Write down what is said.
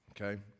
okay